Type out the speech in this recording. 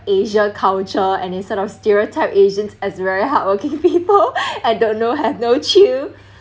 asia culture and instead of stereotype asians as very hardworking people I don't know I have no chill